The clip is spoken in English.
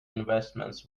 investments